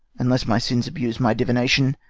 unless my sins abuse my divination,